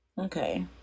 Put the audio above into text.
Okay